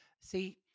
See